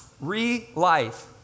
re-life